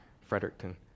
Fredericton